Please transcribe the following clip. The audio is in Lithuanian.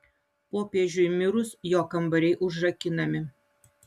popiežiui mirus jo kambariai užrakinami